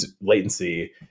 latency